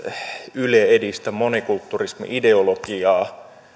yle edistä monikulturismi ideologiaa